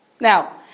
Now